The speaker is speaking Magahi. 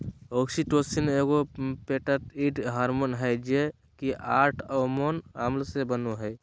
ऑक्सीटोसिन एगो पेप्टाइड हार्मोन हइ जे कि आठ अमोनो अम्ल से बनो हइ